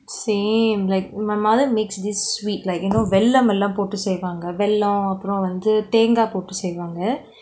same like my mother makes this sweet like வெள்ளம் எல்லாம் போட்டு செய்வாங்க வெள்ளம் அப்புறம் வந்து தேங்காய் போட்டு செய்வாங்க:vellam ellaam pottu seivaanga vellam appuram vanthu thaengai pottu seivaanga